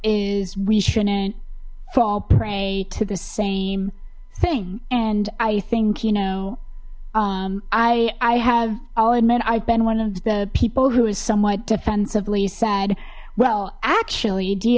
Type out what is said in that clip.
is we shouldn't fall prey to the same thing and i think you know i i have i'll admit i've been one of the people who is somewhat defensively said well actually d